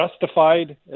justified